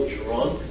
drunk